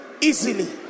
easily